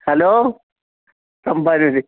hello Thampanoor